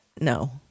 no